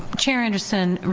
chair anderson,